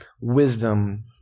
wisdom